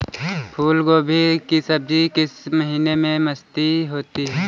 फूल गोभी की सब्जी किस महीने में सस्ती होती है?